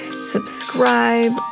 subscribe